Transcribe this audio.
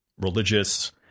religious